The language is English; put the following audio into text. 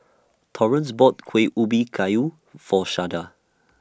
Torrence bought Kuih Ubi Kayu For Sharday